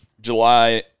July